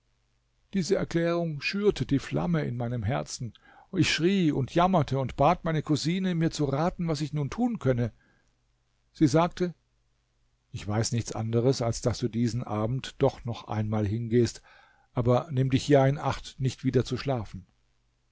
diese erklärung schürte die flamme in meinem herzen ich schrie und jammerte und bat meine cousine mir zu raten was ich nun tun könne sie sagte ich weiß nichts anderes als daß du diesen abend doch noch einmal hingehst aber nimm dich ja in acht nicht wieder zu schlafen